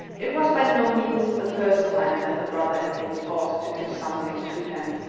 it was by no means the first time that the brother had been forced to give something to him,